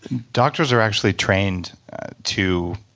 doctors are actually trained to,